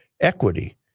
Equity